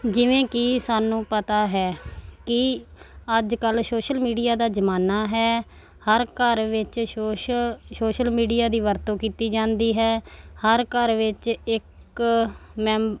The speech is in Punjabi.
ਜਿਵੇਂ ਕਿ ਸਾਨੂੰ ਪਤਾ ਹੈ ਕਿ ਅੱਜ ਕੱਲ੍ਹ ਸ਼ੋਸ਼ਲ ਮੀਡੀਆ ਦਾ ਜ਼ਮਾਨਾ ਹੈ ਹਰ ਘਰ ਵਿੱਚ ਸੁਸ਼ ਸ਼ੋਸ਼ਲ ਮੀਡੀਆ ਦੀ ਵਰਤੋਂ ਕੀਤੀ ਜਾਂਦੀ ਹੈ ਹਰ ਘਰ ਵਿੱਚ ਇੱਕ ਹਰ ਇੱਕ ਮੈਂਬ